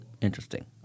Interesting